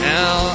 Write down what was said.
Now